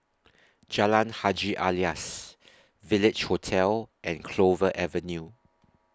Jalan Haji Alias Village Hotel and Clover Avenue